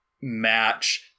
match